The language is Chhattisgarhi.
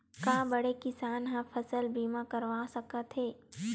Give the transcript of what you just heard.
का बड़े किसान ह फसल बीमा करवा सकथे?